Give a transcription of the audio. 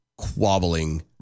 quabbling